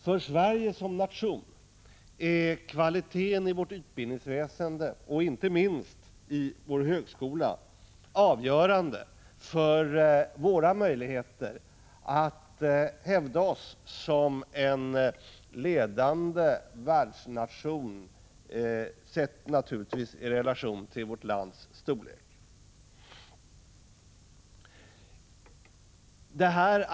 För Sverige som nation är kvaliteten i vårt utbildningsväsende, inte minst i vår högskola, avgörande för våra möjligheter att hävda oss som en ledande världsnation; naturligtvis sett i relation till vårt lands storlek.